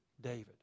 David